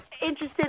interested